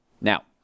Now